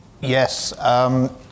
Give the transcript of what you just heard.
Yes